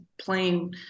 plain